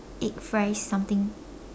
egg fries something